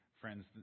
friends